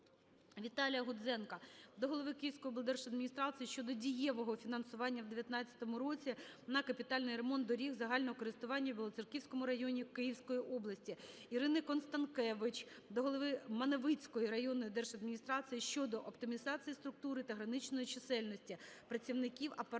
Віталія Гудзенка до голови Київської облдержадміністрації щодо дієвого фінансування у 19-му році на капітальний ремонт доріг загального користування в Білоцерківському районі Київської області. Ірини Констанкевич до Голови Маневицької районної держадміністрації щодо оптимізації структури та граничної чисельності працівників апарату